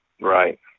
Right